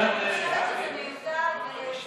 אני חושבת שזה מיותר.